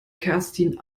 kerstin